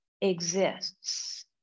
exists